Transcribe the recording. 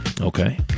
Okay